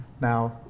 Now